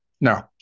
No